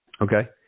Okay